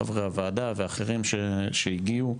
חברי הוועדה ואחרים שהגיעו,